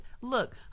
Look